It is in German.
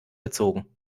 gezogen